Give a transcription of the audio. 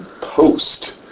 post